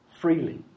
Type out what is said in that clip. freely